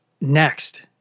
next